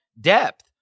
depth